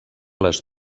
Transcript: les